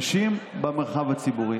נשים במרחב הציבורי.